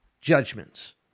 judgments